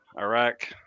Iraq